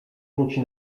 wróci